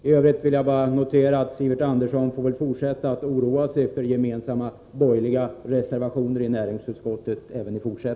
I övrigt vill jag bara säga att Sivert Andersson även i fortsättningen har anledning att oroa sig över gemensamma borgerliga reservationer i näringsutskottet.